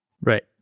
Right